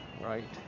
right